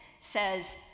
says